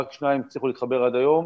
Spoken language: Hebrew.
רק שניים הצליחו להתחבר עד היום,